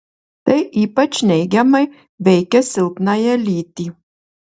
tai ypač neigiamai veikia silpnąją lytį